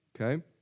okay